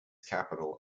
capital